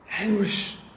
Anguish